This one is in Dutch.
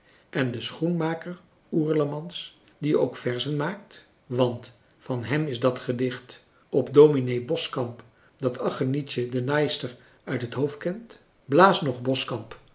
en de schoenmaker oerlemans die ook verzen maakt want van hem is dat gedicht op dominee boskamp dat angenietje de naaister uit het hoofd kent blaas nog